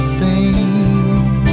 fame